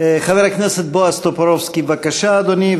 חבר הכנסת בועז טופורובסקי, בבקשה, אדוני.